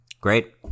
great